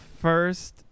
first